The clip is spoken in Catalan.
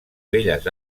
belles